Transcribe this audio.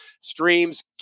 streams